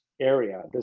area